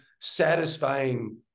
satisfying